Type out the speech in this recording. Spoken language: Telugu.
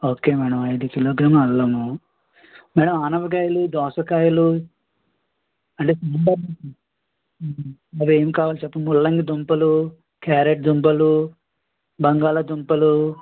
ఓకే మేడం అయిదు కిలోగ్రాములు అల్లము మేడం ఆనపకాయలు దోసకాయలు అంటే మరేం కావాలో చెప్పండి ముల్లంగి దుంపలు క్యారట్ దుంపలు బంగాళదుంపలు